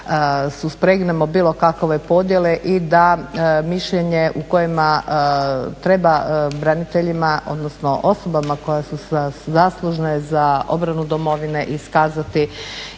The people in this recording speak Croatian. da suspregnemo bilo kakve podjele i da mišljenje u kojima treba braniteljima, odnosno osobama koje zaslužne za obranu Domovine iskazati